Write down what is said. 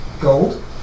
gold